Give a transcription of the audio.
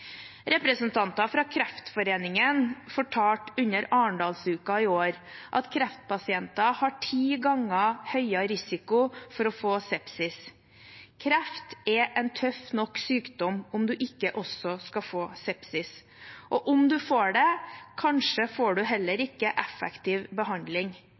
Representanter fra Kreftforeningen fortalte under Arendalsuka i år at kreftpasienter har ti ganger høyere risiko for å få sepsis. Kreft er en tøff nok sykdom om en ikke også skal få sepsis, og om en får det, får en kanskje heller ikke effektiv behandling.